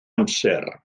amser